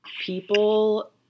people –